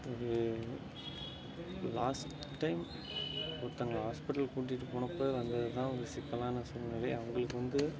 ஒரு last time ஒருத்தவங்களை hospital கூட்டிட்டு போனப்போ வந்தது தான் ஒரு சிக்கலான சூழ்நிலை அவங்களுக்கு வந்து